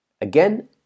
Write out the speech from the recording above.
Again